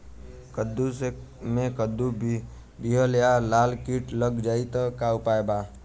कद्दू मे कद्दू विहल या लाल कीट लग जाइ त का उपाय बा?